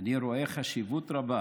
אני רואה חשיבות רבה